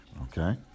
okay